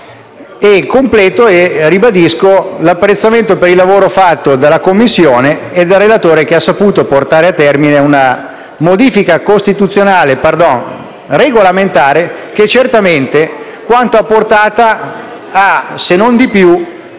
completo e ribadisco l'apprezzamento per il lavoro fatto dalla Commissione e dal relatore, che ha saputo portare a termine una modifica regolamentare che certamente, quanto a portata, ha - se non di più